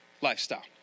lifestyle